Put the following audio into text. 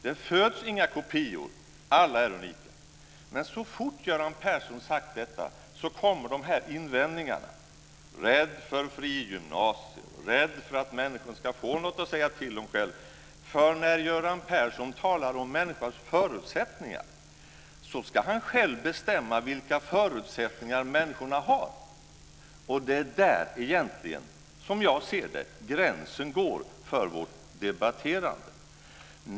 Det föds inga kopior. Men så snart Göran Persson har sagt detta kommer invändningarna: rädsla för fria gymnasier och rädsla för att människor ska få något att själva säga till om. När Göran Persson talar om människors förutsättningar ska han själv bestämma vilka förutsättningar människorna har, och det är, som jag ser det, egentligen där som gränsen går för vårt debatterande.